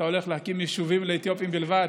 אתה הולך להקים יישובים לאתיופים בלבד?